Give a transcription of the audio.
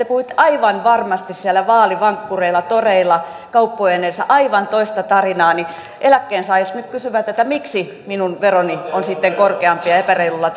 puhuitte aivan varmasti siellä vaalivankkureilla toreilla kauppojen edessä aivan toista tarinaa nyt kysyvät miksi minun veroni on sitten korkeampi ja epäreilulla